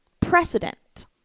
Precedent